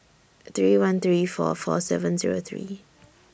three one three four four seven Zero three